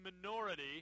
minority